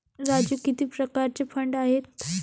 राजू किती प्रकारचे फंड आहेत?